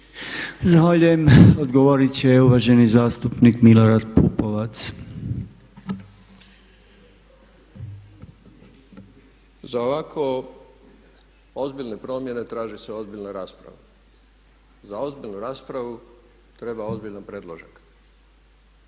Zahvaljujem. Odgovorit će uvaženi zastupnik Milorad Pupovac. **Pupovac, Milorad (SDSS)** Za ovako ozbiljne promjene traži se ozbiljna rasprava. Za ozbiljnu raspravu treba ozbiljan predložak.